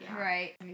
Right